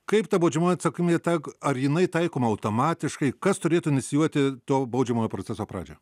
kaip ta baudžiamoji atsakomybė ta ar jinai taikoma automatiškai kas turėtų inicijuoti to baudžiamojo proceso pradžią